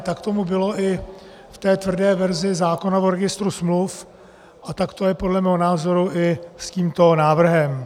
Tak tomu bylo i v té tvrdé verzi zákona o registru smluv a tak to je podle mého názoru i s tímto návrhem.